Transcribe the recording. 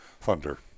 Thunder